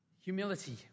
humility